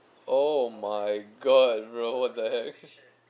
oh my god bro what the heck